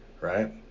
right